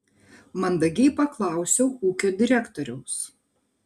mandagiai paklausiau ūkio direktoriaus